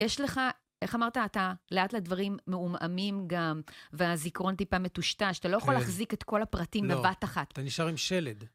יש לך, איך אמרת, אתה לאט לדברים מעומעמים גם, והזיכרון טיפה מטושטש, אתה לא יכול להחזיק את כל הפרטים בבת אחת. אתה נשאר עם שלד.